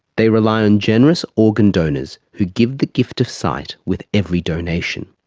they rely on generous organ donors who give the gift of sight with every donation.